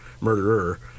murderer